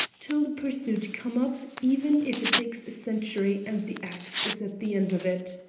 till the pursuit come up, even if it takes a century and the axe is at the end of it.